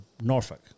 Norfolk